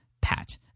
Pat